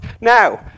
Now